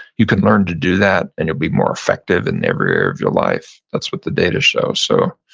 you can learn to do that and you'll be more effective in every area of your life. that's what the data shows. so